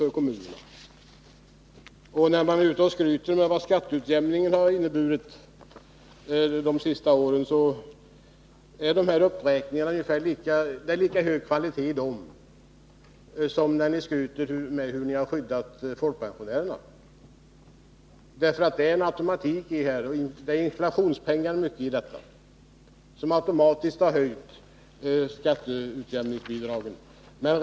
När ni skryter med vad skatteutjämningen har inneburit de senaste åren är kvaliteten på beräkningarna ungefär lika hög som då ni skryter med hur ni skyddat folkpensionerna. Här finns det en automatik — det är mycket av inflationspengar som automatiskt har höjt skatteutjämningsbidragen.